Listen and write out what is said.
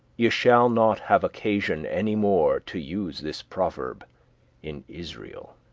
ye shall not have occasion any more to use this proverb in israel.